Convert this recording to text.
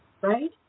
Right